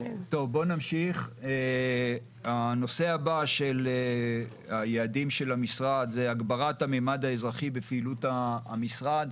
הנושא הבא של היעדים של המשרד זה הגברת הממד האזרחי בפעילות המשרד.